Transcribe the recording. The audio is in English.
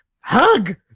Hug